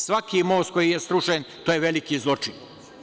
Svaki most koji je srušen, to je veliki zločin.